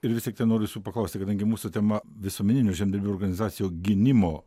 ir vis tiktai noriu jūsų paklausti kadangi mūsų tema visuomeninių žemdirbių organizacijų gynimo